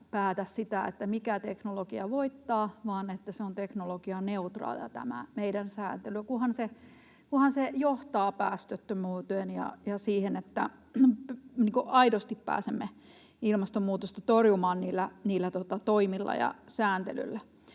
päätä sitä, mikä teknologia voittaa, vaan että tämä meidän sääntelymme on teknologianeutraalia, kunhan se johtaa päästöttömyyteen ja siihen, että aidosti pääsemme ilmastonmuutosta torjumaan niillä toimilla ja sääntelyllä.